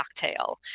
cocktail